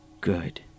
Good